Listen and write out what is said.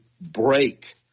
break